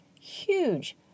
Huge